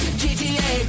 gta